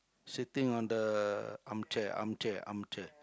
sitting on the armchair armchair armchair